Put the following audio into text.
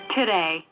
today